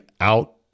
out